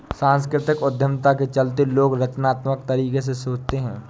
सांस्कृतिक उद्यमिता के चलते लोग रचनात्मक तरीके से सोचते हैं